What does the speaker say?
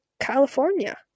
California